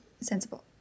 Sensible